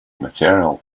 material